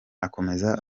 akomeza